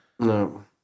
No